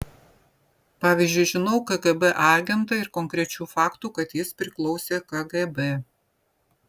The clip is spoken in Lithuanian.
pavyzdžiui žinau kgb agentą ir konkrečių faktų kad jis priklausė kgb